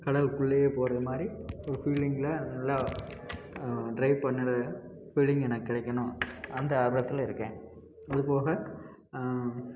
கடலுக்குள்ளயே போகிறது மாதிரி ஒரு ஃபீலிங்கில் நல்லா ட்ரைவ் பண்ணுகிற ஃபீலிங் எனக்கு கிடைக்கணும் அந்த ஆர்வத்தில் இருக்கேன் அதுபோக